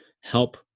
help